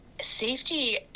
Safety